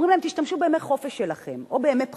אומרים להם: תשתמשו בימי חופש שלכם או בימי בחירה,